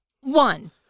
one